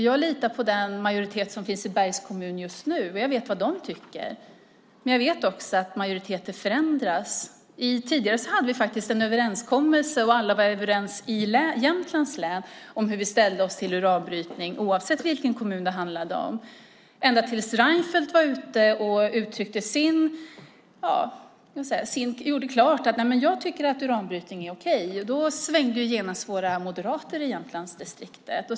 Jag litar på den majoritet som finns i Bergs kommun just nu, och jag vet vad de tycker. Men jag vet också att majoriteter förändras. Tidigare hade vi faktiskt en överenskommelse, och alla var överens i Jämtlands län om hur vi ställde oss till uranbrytning oavsett vilken kommun det handlade om. Så var det ända tills Reinfeldt var ute och gjorde klart att han tycker att uranbrytning är okej, och då svängde genast våra moderater i Jämtlandsdistriktet.